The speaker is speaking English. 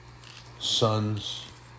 sons